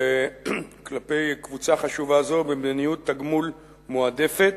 כלפי קבוצה חשובה זו מדיניות תגמול מועדפת,